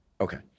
Okay